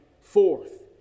forth